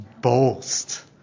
boast